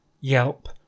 Yelp